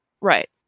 Right